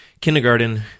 kindergarten